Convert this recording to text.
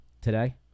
today